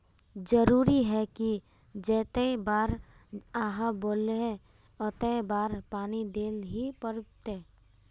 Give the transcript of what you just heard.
जरूरी है की जयते बार आहाँ बोले है होते बार पानी देल ही पड़ते?